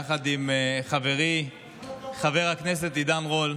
יחד עם חברי חבר הכנסת עידן רול.